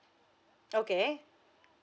okay